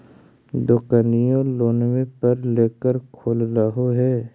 दोकनिओ लोनवे पर लेकर खोललहो हे?